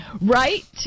right